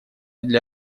для